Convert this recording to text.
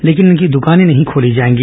लेकिन इनकी द्वकाने नहीं खोली जाएगी